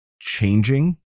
changing